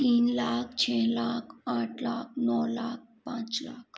तीन लाख छः लाख आठ लाख नौ लाख पाँच लाख